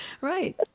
right